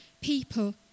people